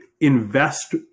invest